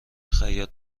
خیاط